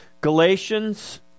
Galatians